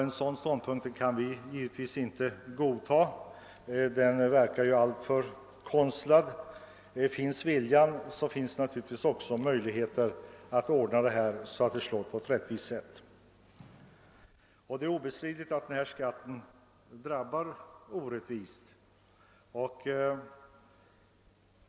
En sådan ståndpunkt kan vi givetvis inte godta, ty den verkar alltför konstlad. Finns viljan, finns naturligtvis också möjligheter att tillskapa bestämmelser som slår på ett rättvist sätt. Det är obestridligt att denna enprocentiga löneskatt drabbar orättvist.